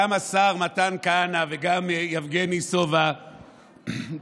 גם השר מתן כהנא וגם יבגני סובה טענו,